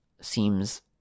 seems